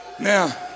Now